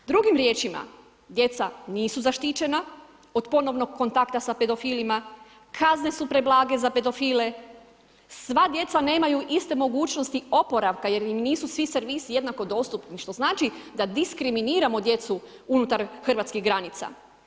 Drugim riječima, djeca nisu zaštićena od ponovnog kontakta sa pedofilima, kazne su preblage za pedofile, sva djeca nemaju iste mogućnosti oporavka jer im nisu svi servisi jednako dostupni, što znači da diskriminiramo djecu unutar hrvatskih granica.